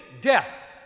death